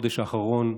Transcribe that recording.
בחודש האחרון,